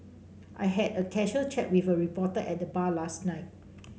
I had a casual chat with a reporter at the bar last night